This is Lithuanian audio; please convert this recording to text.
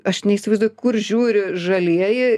aš neįsivaizduoju kur žiūri žalieji